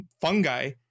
fungi